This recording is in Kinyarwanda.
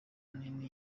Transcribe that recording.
nini